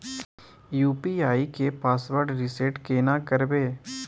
UPI के password reset केना करबे?